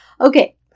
Okay